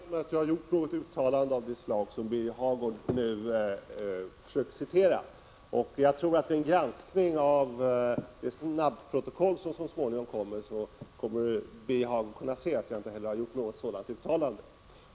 Herr talman! Jag kan inte påminna mig att jag har gjort något uttalande av det slag som Birger Hagård nu försöker göra gällande. Vid en granskning av det snabbprotokoll som så småningom kommer tror jag att Birger Hagård kommer att kunna se att jag inte heller har gjort något sådant uttalande.